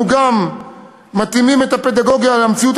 אנחנו גם מתאימים את הפדגוגיה למציאות